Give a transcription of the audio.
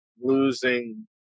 losing